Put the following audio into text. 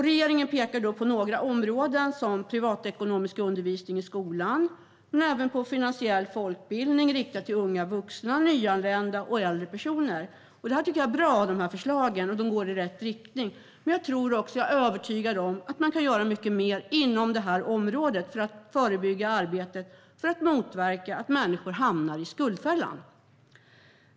Regeringen pekar på några områden som privatekonomisk undervisning i skolan men även på finansiell folkbildning riktat till unga vuxna, nyanlända och äldre personer. Jag tycker att förslagen är bra och går i rätt riktning. Men jag är övertygad om att man kan göra mycket mer inom det förebyggande arbetet för att motverka att människor hamnar i skuldfällan.